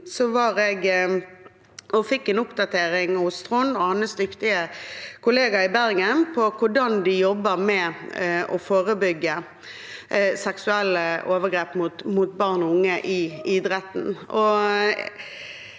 jeg en oppdatering av Trond og hans dyktige kollegaer i Bergen om hvordan de jobber med å forebygge seksuelle overgrep mot barn og unge i idretten.